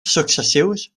successius